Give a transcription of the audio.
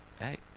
hey